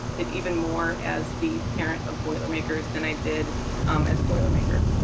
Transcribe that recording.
it even more as the parent of boilermakers than i did as a boilermaker?